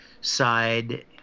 side